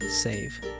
save